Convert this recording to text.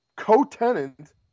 co-tenant